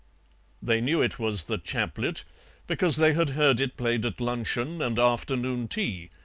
they knew it was the chaplet because they had heard it played at luncheon and afternoon tea,